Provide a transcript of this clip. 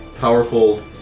Powerful